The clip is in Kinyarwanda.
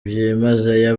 byimazeyo